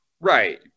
Right